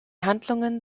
handlungen